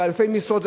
באלפי משרות,